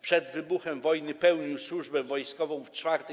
Przed wybuchem wojny pełnił służbę wojskową w 4.